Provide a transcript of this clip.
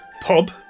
pub